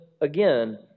again